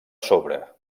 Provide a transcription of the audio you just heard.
sobre